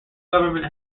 government